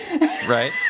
Right